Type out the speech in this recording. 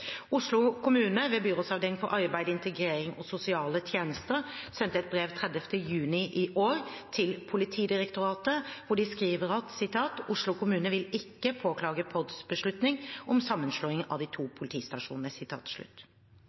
Oslo kommune, ved Byrådsavdeling for arbeid, integrering og sosiale tjenester, sendte et brev den 30. juni i år til Politidirektoratet, hvor de skriver at Oslo kommune ikke vil påklage PODs beslutning om sammenslåing av de to politistasjonene.